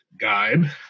guide